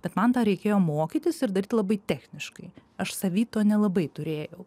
bet man tą reikėjo mokytis ir daryt labai techniškai aš savy to nelabai turėjau